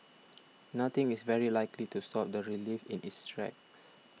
nothing is very likely to stop the relief in its tracks